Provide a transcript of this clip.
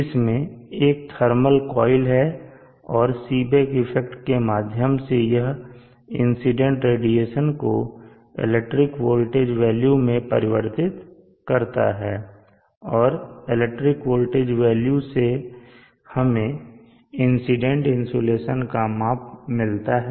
इसमें एक thermal coil है और सीबेक इफेक्ट के माध्यम से यह इंसीडेंट रेडिएशन को इलेक्ट्रिक वोल्टेज वेल्यू में परिवर्तित करता है और इलेक्ट्रिक वोल्टेज वेल्यू से हमें इंसिडेंट इंसुलेशन का माप मिलता है